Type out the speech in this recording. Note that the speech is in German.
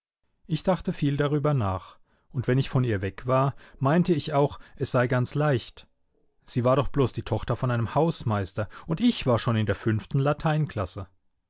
ich dachte viel darüber nach und wenn ich von ihr weg war meinte ich auch es sei ganz leicht sie war doch bloß die tochter von einem hausmeister und ich war schon in der fünften